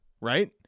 right